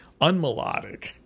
unmelodic